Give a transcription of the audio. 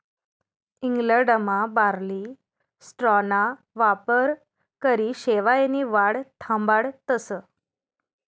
इंग्लंडमा बार्ली स्ट्राॅना वापरकरी शेवायनी वाढ थांबाडतस